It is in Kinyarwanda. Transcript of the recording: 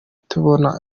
tubona